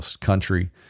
country